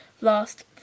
Last